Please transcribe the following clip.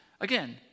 Again